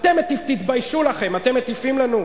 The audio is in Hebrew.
אתם, תתביישו לכם, אתם מטיפים לנו?